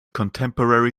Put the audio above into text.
contemporary